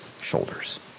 shoulders